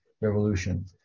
revolution